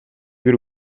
бир